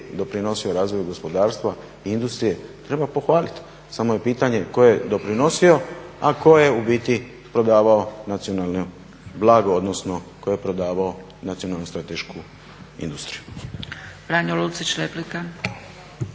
doprinosio razvoju gospodarstva i industrije treba pohvaliti. Samo je pitanje tko je doprinosio, a tko je u biti prodavao nacionalno blago, odnosno tko je prodavao nacionalnu stratešku industriju.